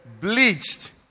bleached